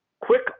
quick